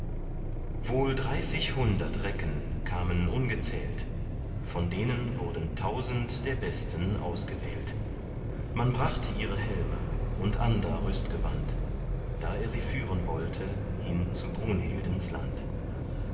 wohl dreißighundert recken kamen ungezählt von denen wurden tausend der besten ausgewählt man brachte ihre helme und ander rüstgewand da er sie führen wollte hin zu brunhildens land